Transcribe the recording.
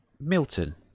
Milton